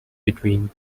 between